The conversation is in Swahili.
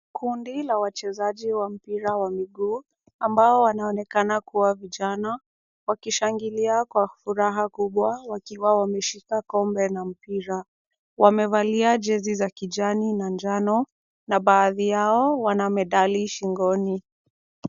Kundi la wachezaji wa mpira wa miguu, ambao wanaonekana kuwa vijana, wakishangilia kwa furaha kubwa wakiwa wameshika kombe na mpira. Wamevalia jezi za kijani na njano, na baadhi yao wana medali shingoni.